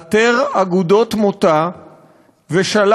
פתח חרצובות רשע, בחיי, אין לי מילים אחרות.